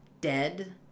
dead